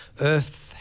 earth